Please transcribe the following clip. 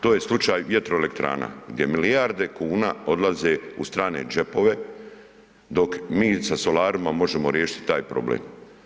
To je slučaj vjetroelektrana gdje milijarde kuna odlaze u strane džepove dok mi sa solarima možemo riješiti taj problem.